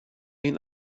این